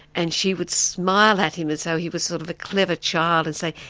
and she would smile at him as though he was sort of a clever child, and say,